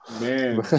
Man